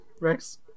Rex